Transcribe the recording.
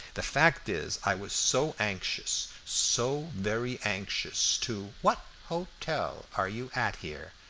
the fact is, i was so anxious so very anxious to what hotel are you at here?